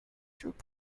through